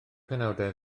penawdau